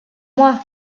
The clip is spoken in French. moi